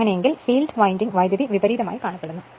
അങ്ങനെയാണെങ്കിൽ field winding വൈദ്യുതി വിപരീതമായി കാണപ്പെടുന്നു